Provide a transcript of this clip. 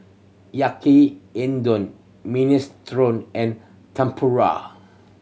Yaki Minestrone and Tempura